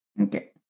Okay